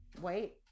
wait